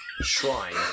shrine